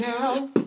now